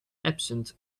absent